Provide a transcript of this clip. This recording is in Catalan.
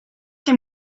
que